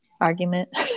argument